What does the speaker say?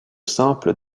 simple